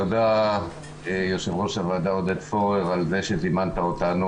תודה, יושב-ראש הוועדה על זה שזימנת אותנו.